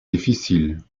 difficile